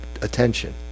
attention